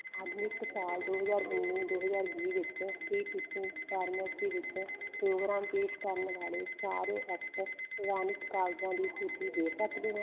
ਅਕਾਦਮਿਕ ਸਾਲ ਦੋ ਹਜ਼ਾਰ ਉੱਨੀ ਦੋ ਹਜ਼ਾਰ ਵੀਹ ਵਿੱਚ ਕੀ ਤੁਸੀਂ ਫਾਰਮੈਸੀ ਵਿੱਚ ਪ੍ਰੋਗਰਾਮ ਪੇਸ਼ ਕਰਨ ਵਾਲੇ ਸਾਰੇ ਐਕਟ ਪ੍ਰਵਾਨਿਤ ਕਾਲਜਾਂ ਦੀ ਸੂਚੀ ਦੇ ਸਕਦੇ ਹੋ